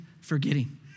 forgetting